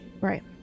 right